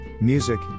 music